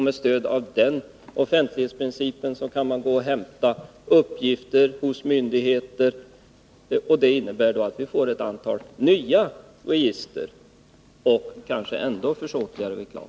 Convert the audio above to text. Med stöd av den kan man hämta uppgifter hos myndigheter. Det innebär att vi får ett antal nya register och kanske ännu försåtligare reklam.